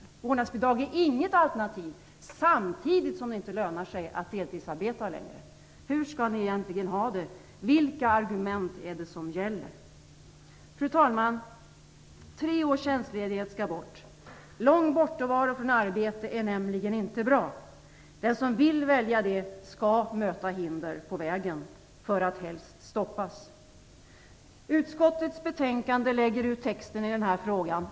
Vårdnadsbidrag är inget alternativ, samtidigt som det inte lönar sig att deltidsarbeta. Hur skall ni egentligen ha det? Vilka argument är det som gäller? Fru talman! Rätten till tre års tjänstledighet skall tas bort. Lång bortovaro från arbetet är nämligen inte bra. Den som vill välja det skall möta hinder på vägen för att helst stoppas. I utskottets betänkande lägger man ut texten i den här frågan.